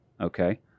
Okay